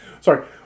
Sorry